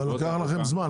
אבל לוקח לכם זמן.